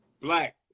black